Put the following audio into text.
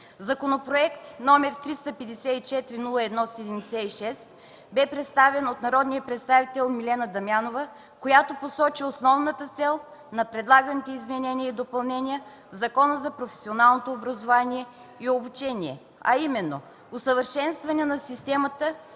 Законопроект № 354-01-76 бе представен от народния представител Милена Дамянова, която посочи основната цел на предлаганите изменения и допълнения в Закона за професионалното образование и обучение, а именно – усъвършенстване на системата